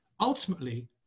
Ultimately